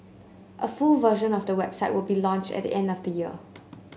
a full version of the website will be launched at the end of the year